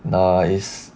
nah is